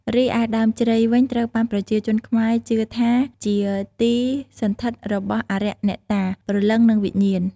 រីឯដើមជ្រៃវិញត្រូវបានប្រជាជនខ្មែរជឿថាជាទីសណ្ឋិតរបស់អារក្សអ្នកតា ព្រលឹងនិងវិញ្ញាណ។